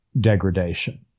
degradation